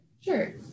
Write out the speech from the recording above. Sure